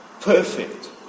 perfect